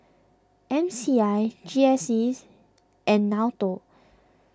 M C I G S sees and Nato